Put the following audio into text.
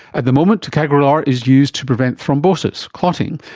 at the moment, ticagrelor is used to prevent thrombosis, clotting,